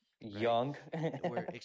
young